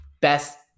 best